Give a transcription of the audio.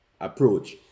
approach